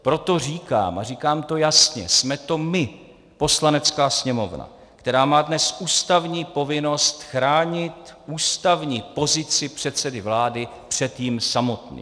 Proto říkám, a říkám to jasně, jsme to my, Poslanecká sněmovna, která má dnes ústavní povinnost chránit ústavní pozici předsedy vlády před ním samotným.